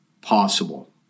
possible